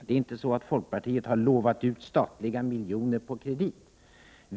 Det är inte så att folkpartiet har lovat ut statliga miljoner på kredit.